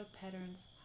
patterns